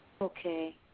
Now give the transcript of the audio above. Okay